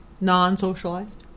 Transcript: non-socialized